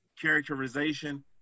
characterization